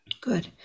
Good